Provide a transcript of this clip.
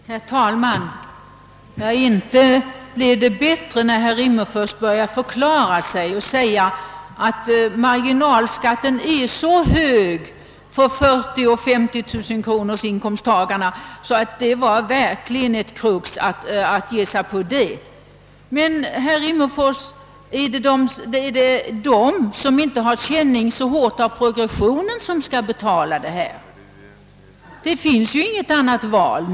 Herr talman! Inte blev det bättre när herr Rimmerfors började förklara sig och sade, att marginalskatten är så hög för dem, som har 40 000 och 50 000 kronor i inkomst, att det är ett verkligt krux. Herr Rimmerfors, är det i stället de, som inte har så hård känning av progressionen, som skall betala?